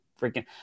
freaking